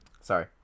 Sorry